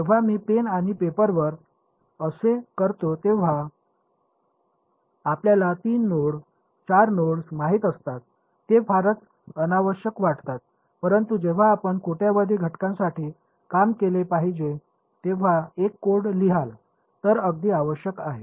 जेव्हा मी पेन आणि पेपरवर असे करतो तेव्हा आपल्याला तीन नोड्स चार नोड्स माहित असतात ते फारच अनावश्यक वाटतात परंतु जेव्हा आपण कोट्यवधी घटकांसाठी काम केले पाहिजे तेव्हा एक कोड लिहाल तर अगदी आवश्यक आहे